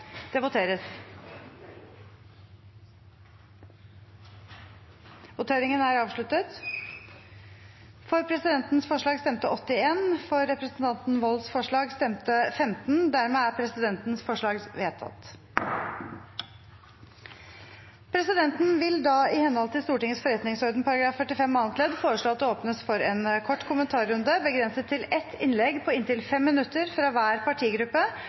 Det voteres alternativt mellom presidentens forslag om at redegjørelsen behandles etter forretningsordenens § 45 første ledd bokstav a, og representanten Morten Wolds forslag om at redegjørelsen behandles etter forretningsordenens § 45 første ledd bokstav b. Presidenten vil da i henhold til Stortingets forretningsorden § 45 annet ledd foreslå at det åpnes for en kort kommentarrunde, begrenset til ett innlegg på inntil